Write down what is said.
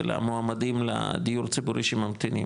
של המועמדים לדיור הציבורי שממתינים.